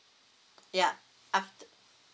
yup